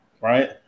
right